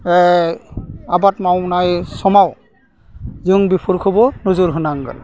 आबाद मावनाय समाव जों बेफोरखौबो नोजोर होनांगोन